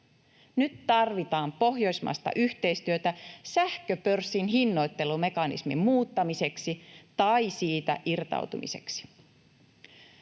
Nyt tarvitaan pohjoismaista yhteistyötä sähköpörssin hinnoittelumekanismin muuttamiseksi tai siitä irtautumiseksi.